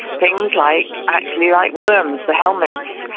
things like actually like worms, the helminths,